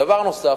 דבר נוסף,